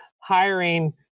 hiring